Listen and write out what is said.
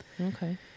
okay